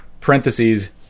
parentheses